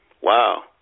Wow